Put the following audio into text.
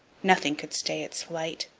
nothing could stay its flight.